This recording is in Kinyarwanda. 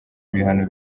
ibihano